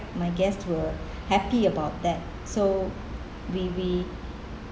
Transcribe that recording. my guests were happy about that so we we